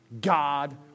God